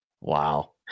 wow